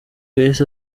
yahise